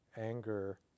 anger